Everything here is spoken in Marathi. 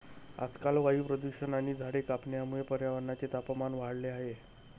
आजकाल वायू प्रदूषण आणि झाडे कापण्यामुळे पर्यावरणाचे तापमान वाढले आहे